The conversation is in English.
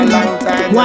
one